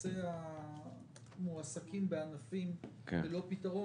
נושא המועסקים בענפים ללא פתרון.